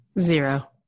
Zero